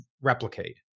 replicate